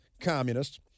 communists